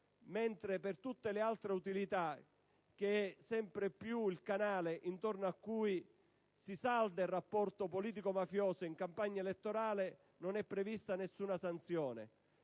mentre per tutte le altre utilità, che sempre più sono il canale intorno a cui si salda il rapporto politico-mafioso in campagna elettorale, non è prevista alcuna sanzione.